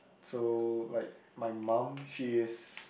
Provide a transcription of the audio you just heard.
so like my mum she is